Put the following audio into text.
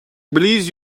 please